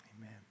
Amen